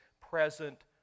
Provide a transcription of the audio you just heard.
present